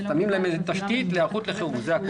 איזו תשתית להיערכות לחירום, זה הכול.